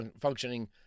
functioning